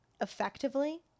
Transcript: effectively